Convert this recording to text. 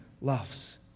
loves